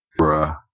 Bruh